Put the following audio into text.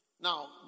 Now